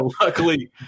Luckily